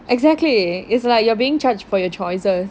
exactly it's like you are being judged for your choices